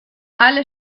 alle